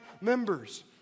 members